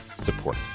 support